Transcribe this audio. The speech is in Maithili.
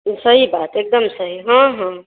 सही बात एकदम सही हाँ